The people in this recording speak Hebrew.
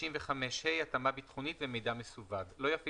65ה.התאמה ביטחונית ומידע מסווג לא יפעיל